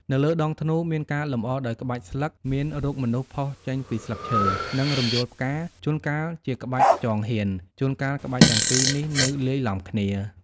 នៅលើដងធ្នូ មានការលម្អដោយក្បាច់ស្លឹក មានរូបមនុស្សផុសចេញពីស្លឹកឈើ និងរំយោលផ្កា ជួនកាលជាក្បាច់ខ្យងហៀន ជួនកាលក្បាច់ទាំងពីរនេះនៅលាយឡំគ្នា។